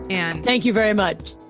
and thank you very much.